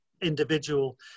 individual